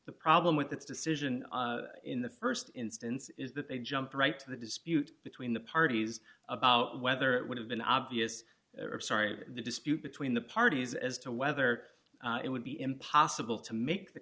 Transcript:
the problem with its decision in the st instance is that they jump right to the dispute between the parties about whether it would have been obvious or sorry the dispute between the parties as to whether it would be impossible to make the